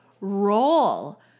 roll